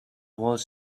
was